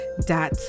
dot